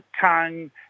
tongue